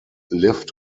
lived